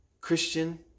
Christian